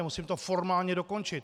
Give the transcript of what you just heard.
Musím to formálně dokončit.